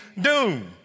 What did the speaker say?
doom